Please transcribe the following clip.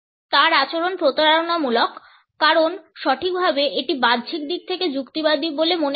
তার আচরণ প্রতারণামূলক কারণ সঠিকভাবে এটি বাহ্যিক দিক থেকে যুদ্ধবাদী বলে মনে হয় না